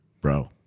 bro